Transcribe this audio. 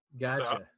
gotcha